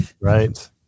Right